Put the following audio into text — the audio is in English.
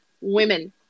women